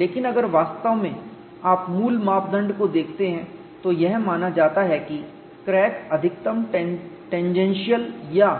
लेकिन अगर आप वास्तव में मूल मापदंड को देखते हैं तो यह माना जाता है कि क्रैक अधिकतम टेंजेंशियल या